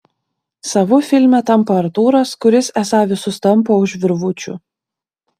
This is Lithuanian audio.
savu filme tampa artūras kuris esą visus tampo už virvučių